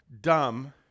dumb